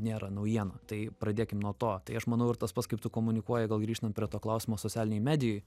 nėra naujiena tai pradėkim nuo to tai aš manau ir tas pats kaip tu komunikuoji gal grįžtant prie to klausimo socialinėj medijoj